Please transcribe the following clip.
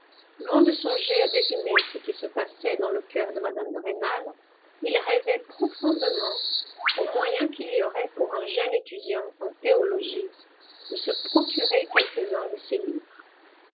loin de songer à deviner ce qui se passait dans le coeur de mme de rênal il rêvait profondément au moyen qu'il y aurait pour un jeune étudiant en théologie de se procurer quelques-uns de ces livres